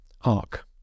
arc